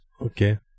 okay